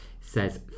says